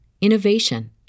innovation